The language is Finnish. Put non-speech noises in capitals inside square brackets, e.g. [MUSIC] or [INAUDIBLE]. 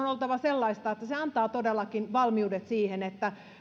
[UNINTELLIGIBLE] on oltava sellaista että se antaa todellakin valmiudet siihen että